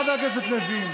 חבר הכנסת לוין.